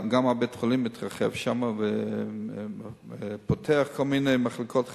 גם בית-החולים שם מתרחב ופותח כל מיני מחלקות חדשות.